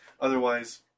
Otherwise